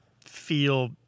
feel